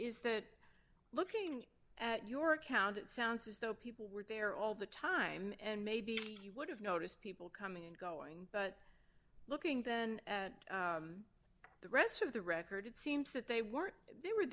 is that looking at your account it sounds as though people were there all the time and maybe you would have noticed people coming and going but looking then at the rest of the record it seems that they weren't they were